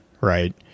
right